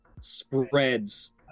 spreads